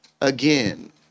again